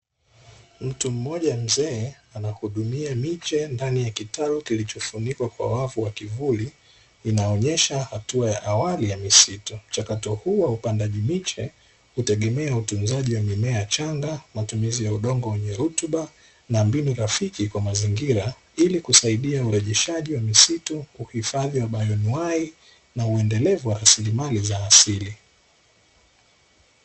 Mtu mmoja mzee anahudumia miche ndani ya kitalu kilichofunikwa kwa wavu wa kivuli, inaonyesha hatua ya awali ya misitu. Mchakato huu wa upandaji miche hutegemea utunzaji wa mimea changa, matumizi ya udongo wenye rutuba, na mbinu rafiki kwa mazingira ili kusaidia urejeshaji wa misitu, uhifadhi wa bioanuwai, na uendelevu wa rasilimali za asili.